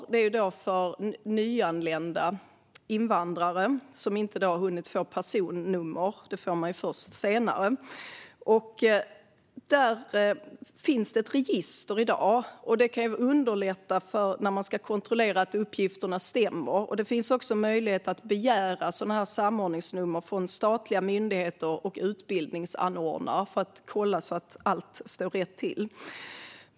Dessa finns till för nyanlända invandrare som inte har hunnit få personnummer; ett sådant får man först senare. Där finns det ett register i dag. Det kan underlätta när man ska kontrollera att uppgifterna stämmer. Det finns också möjlighet att begära samordningsnummer från statliga myndigheter och utbildningsanordnare för att kolla att allting står rätt till.